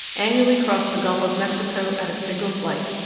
annually cross the gulf of mexico at a single flight.